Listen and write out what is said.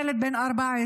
ילד בן 14,